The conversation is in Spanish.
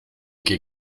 que